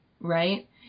right